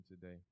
today